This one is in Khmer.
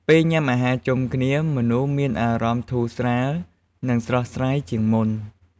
ពេលញ៉ាំអាហារជុំគ្នា មនុស្សមានអារម្មណ៍ធូរស្រាល និងស្រស់ស្រាយជាងមុន។